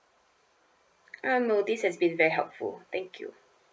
uh no this have been very helpful thank you